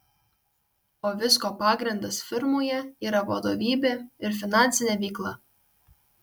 o visko pagrindas firmoje yra vadovybė ir finansinė veikla